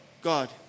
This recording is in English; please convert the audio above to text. God